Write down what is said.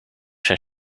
zijn